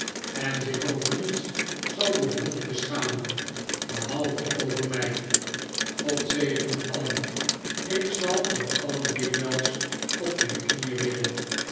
en zich over niets zal behoeven te schamen behalve over mij god zegene alien ik zal voor alien dikwijls op mijn knieen bidden